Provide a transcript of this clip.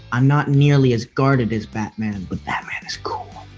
i'm not nearly as guarded as batman, but batman is cool.